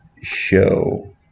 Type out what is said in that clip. show